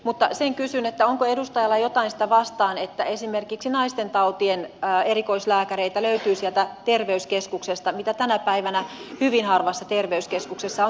mutta sen kysyn onko edustajalla jotain sitä vastaan että sieltä terveyskeskuksesta löytyy esimerkiksi naistentautien erikoislääkäreitä mitä tänä päivänä hyvin harvassa terveyskeskuksessa on